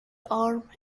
arm